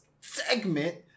segment